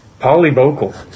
Polyvocal